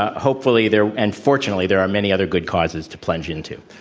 hopefully there and fortunately, there are many other good causes to plunge into.